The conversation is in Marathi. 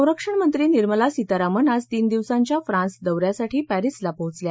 संरक्षण मंत्री निर्मला सीतारामन आज तीन दिवसांच्या फ्रान्स दौऱ्यासाठी पॅरीसला पोचल्या